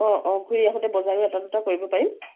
অঁ অঁ ঘূৰি আহোঁতে বজাৰো এটা দুটা কৰিব পাৰিম